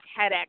TEDx